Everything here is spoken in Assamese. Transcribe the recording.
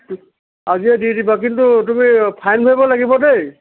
আজিয়েই দি দিবা কিন্তু তুমি ফাইন ভৰিব লাগিব দেই